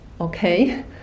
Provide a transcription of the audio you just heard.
Okay